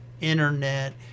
internet